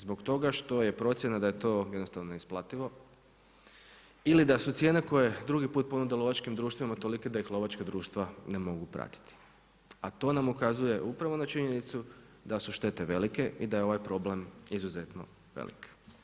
Zbog toga što je procjena da je to jednostavno neisplativo ili da su cijene koje drugi put ponude lovačkim društvima tolike da ih lovačka društva ne mogu pratiti, a to nam ukazuje upravo na činjenicu da su štete velike i da je ovaj problem izuzetno velik.